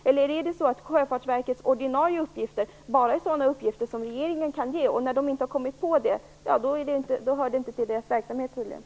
Eller är det så att Sjöfartsverkets ordinarie uppgifter bara är sådana uppgifter som regeringen kan ge och att uppgifter som regeringen inte har kommit på inte tillhör Sjöfartsverkets uppgifter?